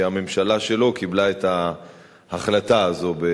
כשהממשלה שלו קיבלה את ההחלטה הזאת,